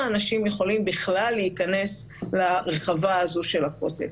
אנשים יכולים בכלל להיכנס לרחבה הזו של הכותל.